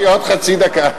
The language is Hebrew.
יש לי עוד חצי דקה.